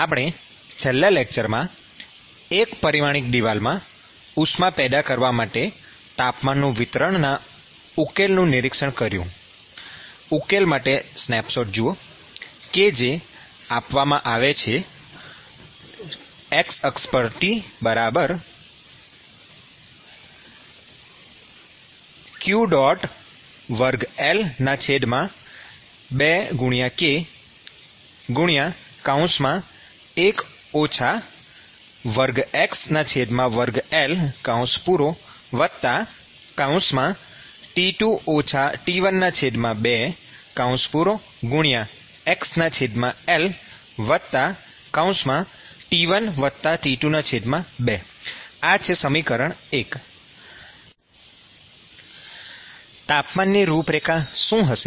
આપણે છેલ્લા લેકચરમાં એક પરિમાણિક દિવાલમાં ઉષ્મા પેદા કરવા માટે તાપમાન વિતરણ ના ઉકેલોનું નિરીક્ષણ કર્યું ઉકેલ માટેનો સ્નેપશોટ જુઓ કે જે આપવામાં આવે છે Tx qL22k1 x2L2T2 T12xLT1 T22 ૧ તાપમાનની રૂપરેખા શું હશે